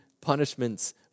punishments